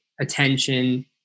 Attention